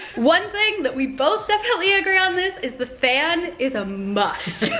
one thing that we both definitely agree on this is the fan is a must.